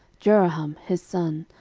jeroham his son,